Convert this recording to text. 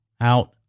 out